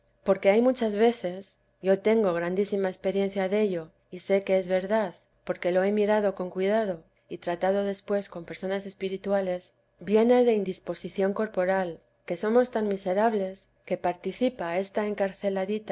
porque muy muchas veces yo tengo grandísima experiencia dello y sé que es verdad porque lo he mirado con cuidado y tratado después con personas espirituales viene de indisposición corporal que somos tan miserables que participa esta encarceladla